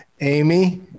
Amy